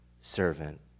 servant